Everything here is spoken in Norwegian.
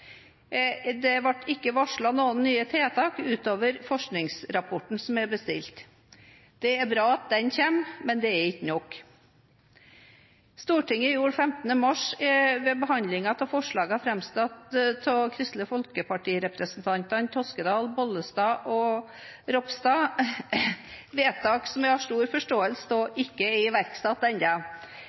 Det ble ikke varslet noen nye tiltak utover forskningsrapporten som er bestilt. Det er bra at den kommer, men det er ikke nok. Stortinget gjorde 15. mars – ved behandlingen av forslagene framsatt av Kristelig Folkeparti-representantene Toskedal, Bollestad og Ropstad – vedtak som jeg har stor forståelse for ikke er iverksatt